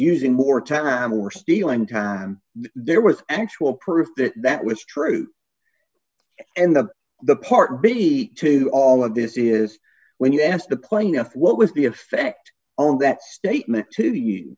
using more time were stealing time there was actual proof that that was true and of the part b to all of this is when you asked the plaintiff what was the effect on that statement